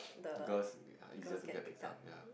girls easier to get pickup ya